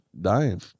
dying